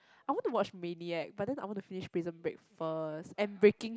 I want to watch Maniac but then I want to finish Prison Break first and Breaking